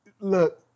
Look